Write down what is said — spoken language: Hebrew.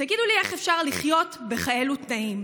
תגידו לי, איך אפשר לחיות בכאלו תנאים?